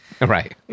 Right